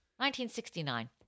1969